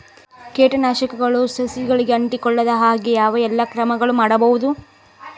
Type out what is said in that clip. ಕೇಟನಾಶಕಗಳು ಸಸಿಗಳಿಗೆ ಅಂಟಿಕೊಳ್ಳದ ಹಾಗೆ ಯಾವ ಎಲ್ಲಾ ಕ್ರಮಗಳು ಮಾಡಬಹುದು?